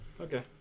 Okay